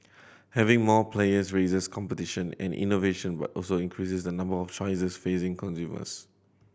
having more players raises competition and innovation but also increases the number of choices facing consumers